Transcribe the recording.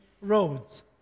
roads